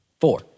four